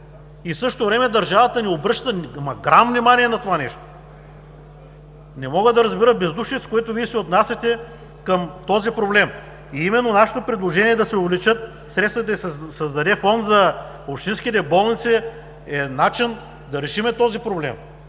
в същото време държавата не обръща грам внимание върху това нещо. Не мога да разбера бездушието, с което Вие се отнасяте към този проблем. Нашето предложение е да се увеличат средствата, да се създаде фонд за общинските болници. Това е начин да решим този проблем.